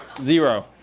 zero.